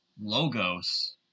logos